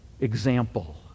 example